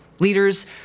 Leaders